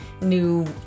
new